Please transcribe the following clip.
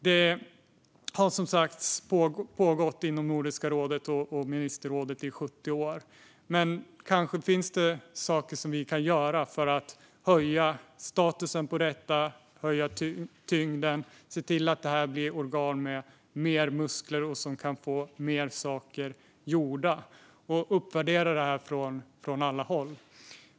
Samarbetet inom Nordiska rådet och Nordiska ministerrådet har som sagt pågått i 70 år. Men det finns kanske saker som vi kan göra för att höja statusen och tyngden på detta samarbete och se till att detta blir organ med mer muskler som kan få fler saker gjorda och att man uppvärderar detta från alla håll.